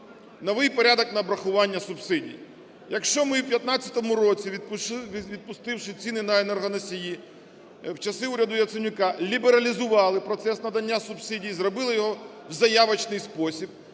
новий порядок на обрахування субсидій. Якщо ми в 15-му році, відпустивши ціни на енергоносії в часи уряду Яценюка, лібералізували процес надання субсидій, зробили його в заявочний спосіб,